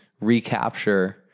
recapture